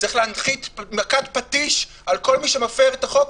צריך להנחית מכת פטיש על כל מי שמפר את החוק.